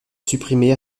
supprimé